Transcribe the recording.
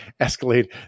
escalate